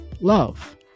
Love